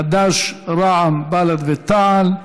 חד"ש, רע"ם, בל"ד ותע"ל.